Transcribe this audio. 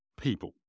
people